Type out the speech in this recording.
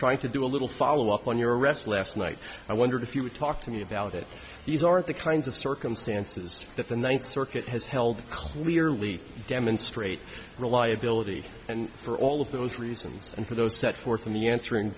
trying to do a little follow up on your arrest last night i wondered if you would talk to me about it these are the kinds of circumstances that the ninth circuit has held clearly demonstrate reliability and for all of those reasons and for those set forth in the answering